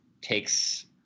takes